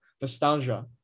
nostalgia